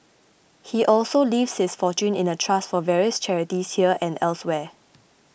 he also leaves his fortune in a trust for various charities here and elsewhere